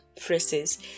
phrases